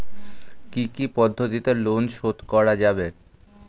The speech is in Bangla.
কি কি পদ্ধতিতে লোন শোধ করা যাবে?